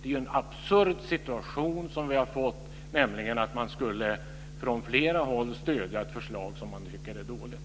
Det är ju en absurd situation som vi har fått, nämligen att man från flera håll skulle stödja ett förslag som man tycker är dåligt.